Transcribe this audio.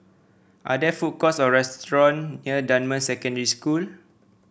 are there food courts or restaurant near Dunman Secondary School